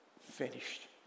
finished